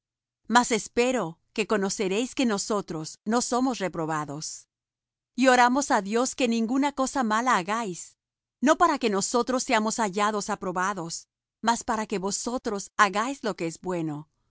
mas espero que conoceréis que nosotros no somos reprobados y oramos á dios que ninguna cosa mala hagáis no para que nosotros seamos hallados aprobados mas para que vosotros hagáis lo que es bueno